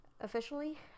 officially